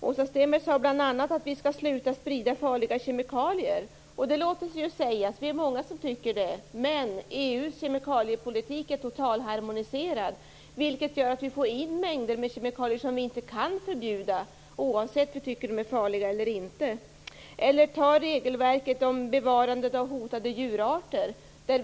Åsa Stenberg sade bl.a. att vi skall sluta sprida farliga kemikalier. Det låter sig ju sägas - vi är många som tycker det. Men EU:s kemikaliepolitik är totalharmoniserad, vilket gör att vi får in mängder med kemikalier som vi inte kan förbjuda oavsett om vi tycker att de är farliga eller inte. Ett annat exempel är regelverket om bevarandet av hotade djurarter.